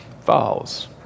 Falls